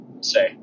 say